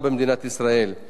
לתמוך בהצעת החוק.